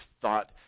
thought